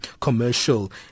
commercial